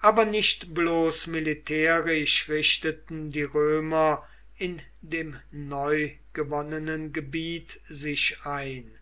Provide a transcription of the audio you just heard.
aber nicht bloß militärisch richteten die römer in dem neugewonnenen gebiet sich ein